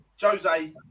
Jose